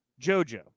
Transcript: JoJo